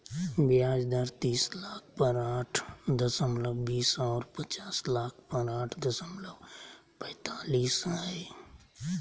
ब्याज दर तीस लाख पर आठ दशमलब बीस और पचास लाख पर आठ दशमलब पैतालीस हइ